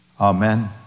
Amen